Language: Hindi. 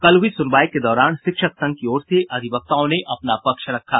कल हुई सुनवाई के दौरान शिक्षक संघ की ओर से अधिवक्ताओं ने अपना पक्ष रखा